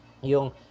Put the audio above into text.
Yung